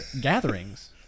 gatherings